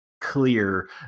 clear